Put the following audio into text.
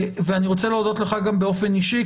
ואני רוצה להודות לך גם באופן אישי,